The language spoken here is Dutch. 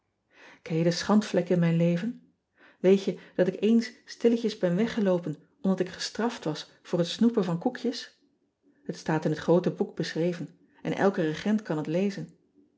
je de schandvlek in mijn leven eet je dat ik eens stilletjes ben weggeloopen omdat ik gestraft was voor het snoepen van koekjes et staat in het groote boek beschreven en elke regent kan het lezen